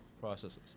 processes